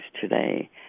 today